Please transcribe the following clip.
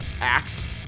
axe